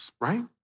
right